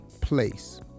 place